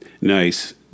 Nice